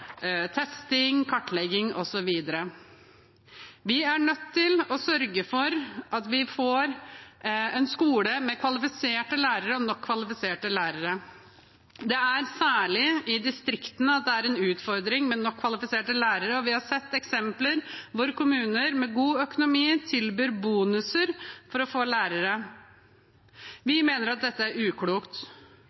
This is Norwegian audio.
testing, kartlegging osv. Vi er nødt til å sørge for at vi får en skole med nok kvalifiserte lærere. Det er særlig i distriktene at det er en utfordring med nok kvalifiserte lærere. Vi har sett eksempler på at kommuner med god økonomi tilbyr bonuser for å få lærere. Vi mener at dette er uklokt.